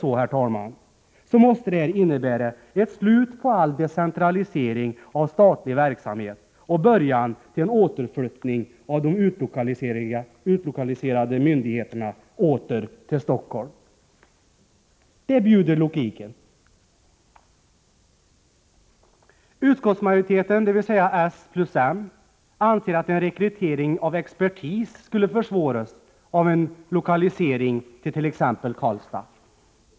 Om det är så, måste det innebära ett slut på all decentralisering av statlig verksamhet och början till en återflyttning av de utlokaliserade myndigheterna till Stockholm. Det bjuder logiken. Utskottsmajoriteten, dvs. socialdemokrater och moderater, anser att en rekrytering av expertis skulle försvåras av en lokalisering till t.ex. Karlstad.